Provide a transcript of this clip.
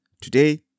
Today